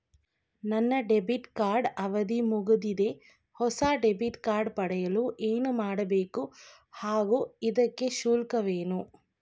ನನ್ನ debit card ಅವಧಿ ಮುಗಿದಿದೆ ಹೊಸ ಡೆಬಿಟ್ ಕಾರ್ಡ್ ಪಡೆಯಲು ಏನು ಮಾಡಬೇಕು ಹಾಗೂ ಇದಕ್ಕೆ ಶುಲ್ಕವೇನು?